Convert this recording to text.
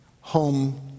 home